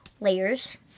layers